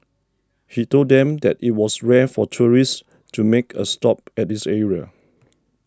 he told them that it was rare for tourists to make a stop at this area